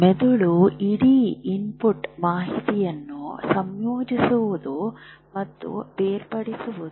ಮೆದುಳು ಇಡೀ ಇನ್ಪುಟ್ ಮಾಹಿತಿಯನ್ನು ಸಂಯೋಜಿಸುವುದು ಮತ್ತು ಬೇರ್ಪಡಿಸುವುದು